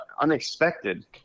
Unexpected